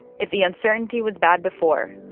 if the uncertainty was bad before,